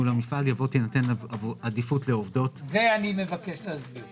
למפעל" אני מבקש להוסיף שתינתן עדיפות לעובדים מהמגזר